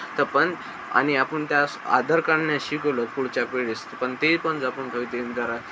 तर पण आणि आपण त्यास आदर करण्यास शिकवलं पुढच्या पिढीस पण ते पण जपून ठेवतील जरा